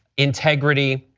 integrity,